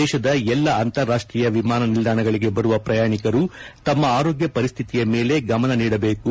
ದೇಶದ ಎಲ್ಲಾ ಅಂತಾರಾಷ್ಷೀಯ ವಿಮಾನ ನಿಲ್ಲಾಣಗಳಿಗೆ ಬರುವ ಪ್ರಯಾಣಿಕರು ತಮ್ನ ಆರೋಗ್ನ ಪರಿಸ್ತಿತಿಯ ಮೇಲೆ ಗಮನ ನೀಡಬೇಕು